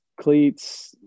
cleats